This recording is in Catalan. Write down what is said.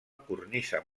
cornisa